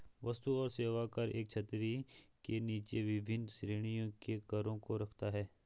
वस्तु और सेवा कर एक छतरी के नीचे विभिन्न श्रेणियों के करों को रखता है